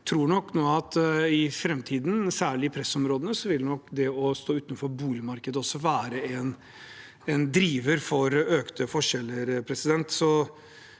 jeg tror nok at i framtiden, særlig i pressområdene, vil det å stå utenfor boligmarkedet også være en driver for økte forskjeller.